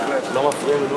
היושב-ראש הנכבד, קודמי לנאום,